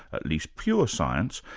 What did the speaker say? at least pure science,